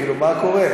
כאילו, מה קורה?